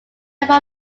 number